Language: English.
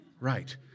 Right